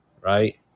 right